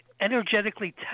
energetically